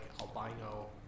albino